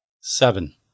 Seven